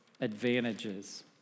advantages